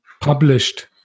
published